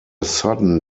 sudden